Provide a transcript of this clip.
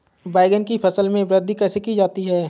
बैंगन की फसल में वृद्धि कैसे की जाती है?